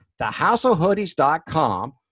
thehouseofhoodies.com